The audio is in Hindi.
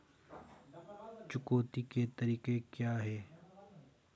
चुकौती के तरीके क्या हैं?